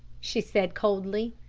she said coldly.